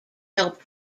help